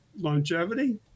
longevity